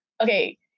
Okay